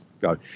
go